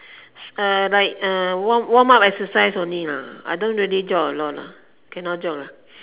uh like uh warm warmup exercise only lah I don't really jog a lot lah cannot jog